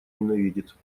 ненавидит